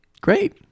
Great